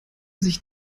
sich